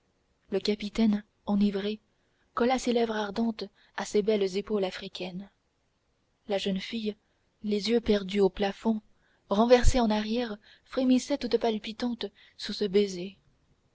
le capitaine enivré colla ses lèvres ardentes à ces belles épaules africaines la jeune fille les yeux perdus au plafond renversée en arrière frémissait toute palpitante sous ce baiser